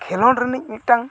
ᱠᱷᱮᱞᱳᱸᱰ ᱨᱤᱱᱤᱡ ᱢᱤᱫᱴᱟᱝ